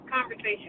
conversation